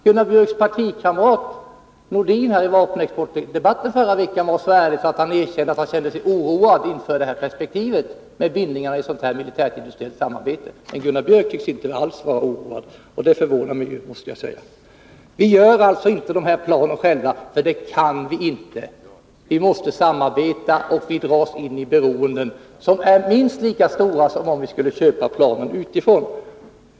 Gunnar Björks partikamrat Sven-Erik Nordin var i vapenexportdebatten i förra veckan så ärlig, att han erkände att han kände sig oroad inför det här perspektivet med bindningar i ett militärindustriellt samarbete. Men Gunnar Björk tycks inte alls vara oroad, och det förvånar mig mycket. Vi gör alltså inte de här flygplanen själva — för det kan vi inte. Vi måste samarbeta, och vi dras in i beroenden som är minst lika stora som om vi skulle köpa flygplan utifrån.